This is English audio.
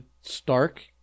Stark